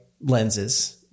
lenses